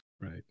Right